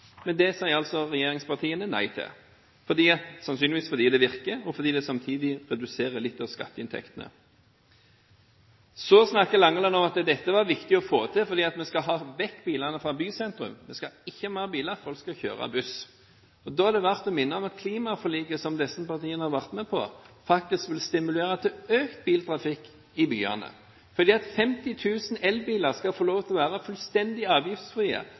Men det sier regjeringspartiene nei til – sannsynligvis fordi det virker, og fordi det samtidig ville redusere skatteinntektene litt. Så snakker Langeland om at dette var viktig å få til, fordi vi skal ha bilene vekk fra bysentrum. Vi skal ikke ha mer biler, folk skal kjøre buss. Da er det verdt å minne om at klimaforliket som disse partiene har vært med på, faktisk vil stimulere til økt biltrafikk i byene. 50 000 elbiler skal få lov til å være fullstendig